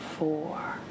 four